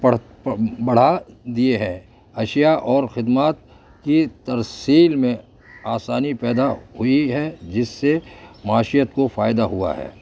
پڑھ بڑھا دیے ہے اشیاء اور خدمات کی ترسیل میں آسانی پیدا ہوئی ہے جس سے معشیت کو فائدہ ہوا ہے